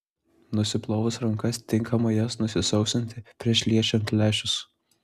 nusiplovus rankas tinkamai jas nusausinti prieš liečiant lęšius